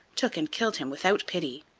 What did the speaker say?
took and killed him without pity.